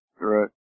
right